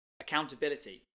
Accountability